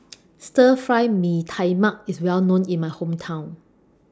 Stir Fry Mee Tai Mak IS Well known in My Hometown